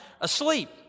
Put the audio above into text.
asleep